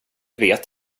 vet